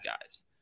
guys